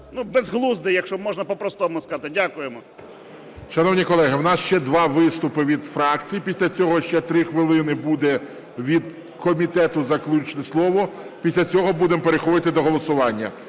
безглуздий, якщо можна по-простому сказати. Дякуємо.